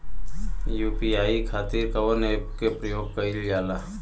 UPI खातीर कवन ऐपके प्रयोग कइलजाला?